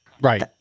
Right